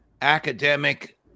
academic